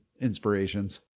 inspirations